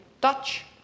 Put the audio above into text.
Dutch